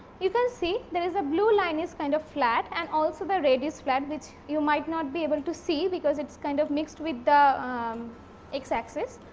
you can see there is a blue line is kind of flat and also the radius flat which you might not be able to see because it is kind of mixed with the um x axis.